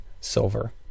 silver